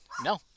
No